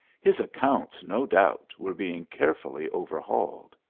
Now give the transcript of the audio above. his accounts, no doubt, were being carefully overhauled.